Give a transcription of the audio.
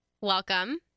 Welcome